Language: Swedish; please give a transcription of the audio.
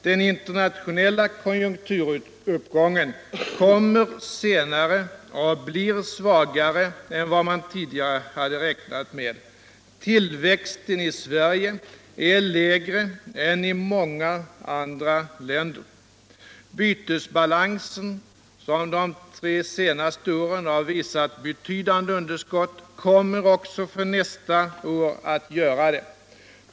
Den internationella konjunkturuppgången kommer senare och blir svugare än man tidigare hade räknat med. Tillväxten 1I Sverige är lägre än i många andra länder. Bytesbalansen. som de tre senaste åren hur visat betydande underskott. kommer även niästa år att göra det.